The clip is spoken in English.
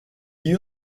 you